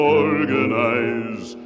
organize